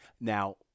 Now